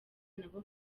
nabo